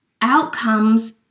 outcomes